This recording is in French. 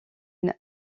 une